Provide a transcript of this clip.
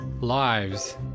Lives